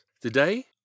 Today